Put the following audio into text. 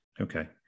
Okay